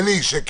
אלי, שקט.